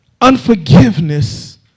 Unforgiveness